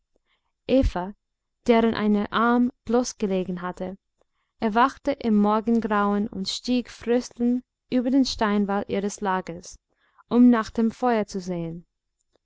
deren einer arm bloßgelegen hatte erwachte im morgengrauen und stieg fröstelnd über den steinwall ihres lagers um nach dem feuer zu sehen